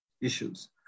issues